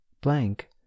blank